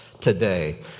today